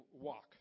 walk